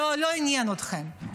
לא עניין אתכם.